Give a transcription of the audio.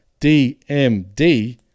DMD